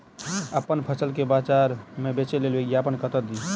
अप्पन फसल केँ बजार मे बेच लेल विज्ञापन कतह दी?